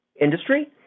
industry